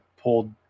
pulled